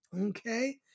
Okay